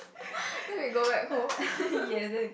then we go back home